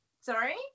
Sorry